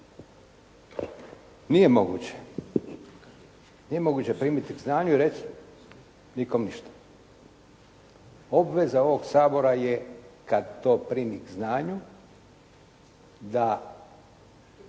nije moguće primiti k znanju i reći nikom ništa. Obveza ovog Sabora je kad to primi k znanju da